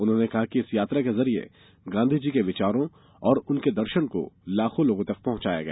उन्होंने कहा कि इस यात्रा के जरिए गांधीजी के विचारों तथा उनके दर्शन को लाखों लोगों तक पहुंचाया गया